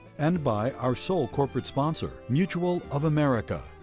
and by our sole corporate sponsor, mutual of america,